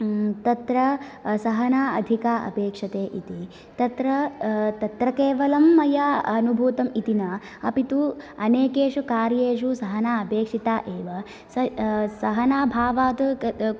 तत्र सहना अधिका अपेक्षते इति तत्र तत्र केवलं मया अनुभूतम् इति न अपि तु अनेकेषु कार्येषु सहना अपेक्षता एव सहनाभावात्